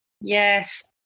Yes